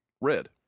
red